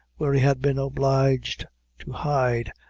where he had been obliged to hide,